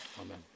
Amen